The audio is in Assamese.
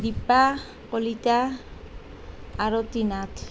দীপা কলিতা আৰতি নাথ